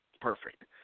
perfect